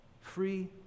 free